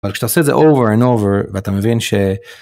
אבל כשאתה עושה זה שוב ושוב ואתה מבין ש.